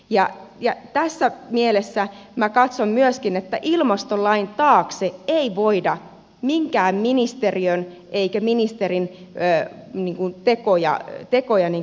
ja tässä mielessä minä katson myöskin että ilmastolain taakse ei voida minkään ministeriön eikä ministerin tekoja kätkeä